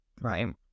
right